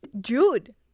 Jude